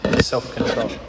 self-control